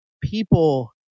people